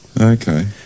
Okay